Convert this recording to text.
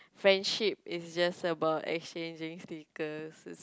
friendship is just about exchanging stickers